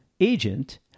agent